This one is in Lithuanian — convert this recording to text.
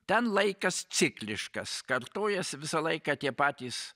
ten laikas cikliškas kartojasi visą laiką tie patys